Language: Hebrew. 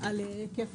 על היקף